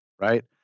right